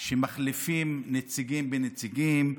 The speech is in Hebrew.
שמחליפים נציגים בנציגים,